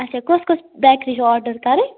اَچھا کُس کُس بٮ۪کری چھو آرڈر کَرٕنۍ